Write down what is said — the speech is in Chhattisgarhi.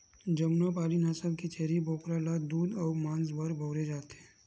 जमुनापारी नसल के छेरी बोकरा ल दूद अउ मांस बर बउरे जाथे